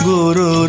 Guru